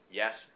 yes